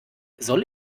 soll